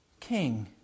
King